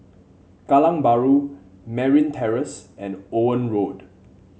Kallang Bahru Merryn Terrace and Owen Road